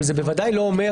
אבל זה בוודאי לא אומר